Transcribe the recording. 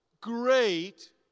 great